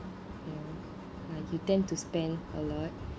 you know like you tend to spend a lot